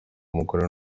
umugore